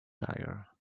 tire